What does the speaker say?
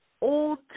old